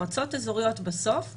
במועצות אזוריות בסוף החוגים,